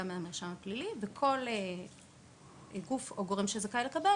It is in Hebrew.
מהמרשם הפלילי וכל גוף או גורם שזכאי לקבלו,